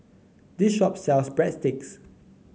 this shop sells Breadsticks